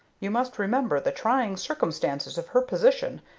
you must remember the trying circumstances of her position,